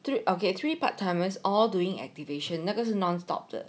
three okay three part timers all doing activation 那个是 non-stop 的